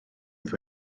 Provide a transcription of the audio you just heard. oedd